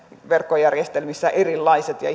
verkkojärjestelmissä erilaiset ja